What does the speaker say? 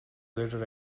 later